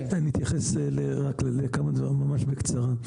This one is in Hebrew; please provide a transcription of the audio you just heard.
אני אתייחס לכמה דברים ממש בקצרה.